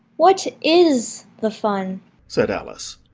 what is the fun said alice.